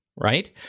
Right